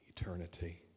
eternity